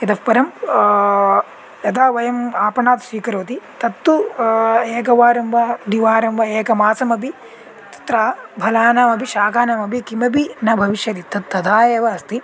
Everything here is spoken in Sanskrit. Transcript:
इतःपरं यदा वयम् आपणात् स्वीकरोति तत्तु एकवारं वा द्विवारं वा एकमासमपि तत्र फलानामपि शाकानापि किमपि न भविष्यति तदा एव अस्ति